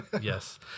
Yes